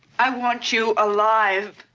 i want you alive!